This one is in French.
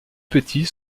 petits